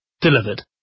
delivered